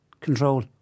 control